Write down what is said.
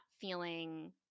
feeling